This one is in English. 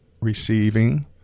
receiving